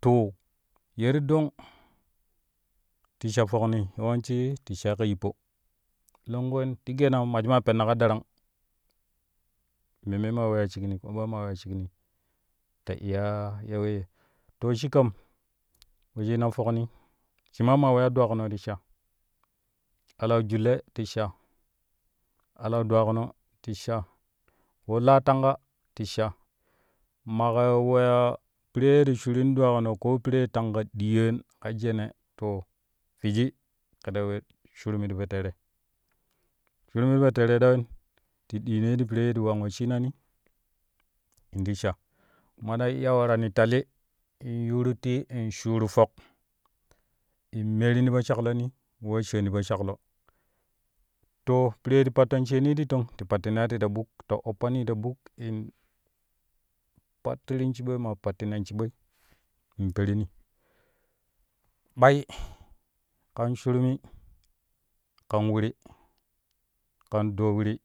to ye ti dong ti sha fokni yawanci ri shai ka yippo longku wen ti geena maji maa penna ka darang memme ma weya shigni ko ɓai ma weya shikni ta iya ya weyye to shi kam wesshina fokni shi ma maa weya dwakuno ti sha alau julle ti sha alau dwakuno ti sha ko laa tanga ti sha maka weya piree ti shurun dwakuno ko piree tanga diyoon ka jeene to fwiji ke ta we shurmi ti po tere, shurmi ti po tere ta ya wen ti ɗinoi ti piree ta waan wesshinani in ti sha kuma ta iya warani tali m yuru tii in shiru fuk in meerini po shakloni in shaani po shaklo to piree ti patton sheeni ti tong ti pattinai ti ta ɓuk ta oppani ta ɓuk in pattirin shiɓa mae pattina shiɓa in perini ɓai kan shirmi kan wiri kan doo wiri